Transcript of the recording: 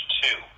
two